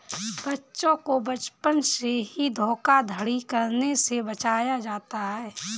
बच्चों को बचपन से ही धोखाधड़ी करने से बचाया जाता है